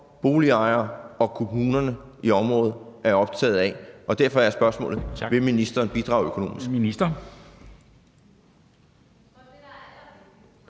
boligejere og kommunerne i området, er optaget af. Og derfor er spørgsmålet: Vil ministeren bidrage økonomisk?